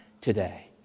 today